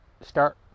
start